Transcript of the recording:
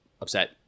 upset